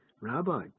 Rabbi